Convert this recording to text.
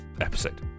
episode